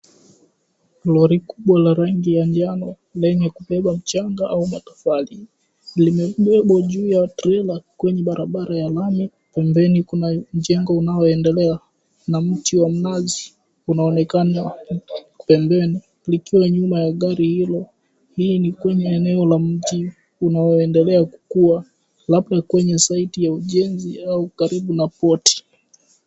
Lori kubwa la rangi ya njano lenye kubeba mchanga au matofali, limebebwa juu ya trela, kwenye barabara ya lami. Pembeni kuna mjengo unaoendelea, na mti wa mnazi unaonekana pembeni likiwa nyuma ya gari hilo. Hii ni kwenye eneo la mji unaoendelea kukua, labda kwenye site ya ujenzi, au karibu na poti.